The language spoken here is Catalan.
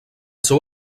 seu